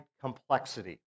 complexity